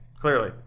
Clearly